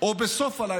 או בסוף הלילה,